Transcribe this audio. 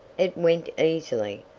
it went easily,